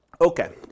Okay